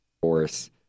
force